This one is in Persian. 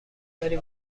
داری